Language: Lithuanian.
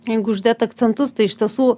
jeigu uždėt akcentus tai iš tiesų